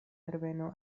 herbeno